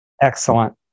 Excellent